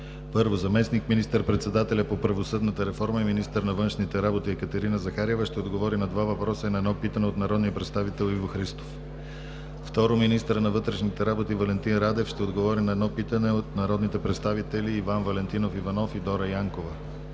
1. Заместник министър-председателят по правосъдната реформа и министър на външните работи Екатерина Захариева ще отговори на два въпроса и на едно питане от народния представител Иво Христов. 2. Министърът на вътрешните работи Валентин Радев ще отговори на едно питане от народните представители Иван Валентинов Иванов и Дора Янкова.